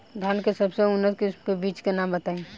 धान के सबसे उन्नत किस्म के बिज के नाम बताई?